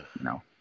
no